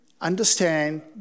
understand